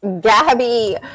Gabby